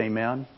Amen